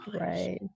Right